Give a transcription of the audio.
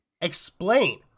explain